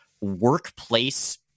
workplace